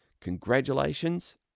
congratulations